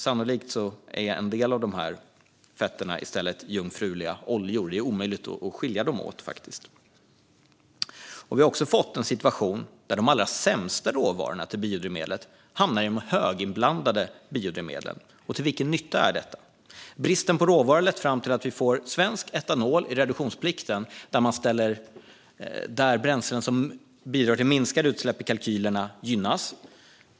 Sannolikt är en del av de fetterna i stället jungfruliga oljor. Det är omöjligt att skilja dem åt. Vi har också fått en situation där de allra sämsta råvarorna till biodrivmedel hamnar i de höginblandade biodrivmedlen. Till vilken nytta är detta? Bristen på råvaror har lett fram till att vi får svensk etanol i reduktionsplikten. Bränslen som bidrar till minskade utsläpp i kalkylerna gynnas.